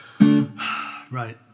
Right